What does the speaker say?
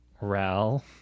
Ral